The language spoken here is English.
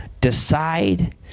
Decide